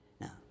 Now